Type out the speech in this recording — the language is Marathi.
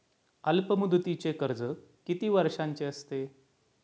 अल्पमुदतीचे कर्ज किती वर्षांचे असते?